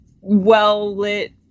well-lit